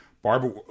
Barbara